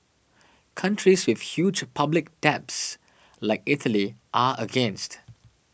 countries with huge public debts like Italy are against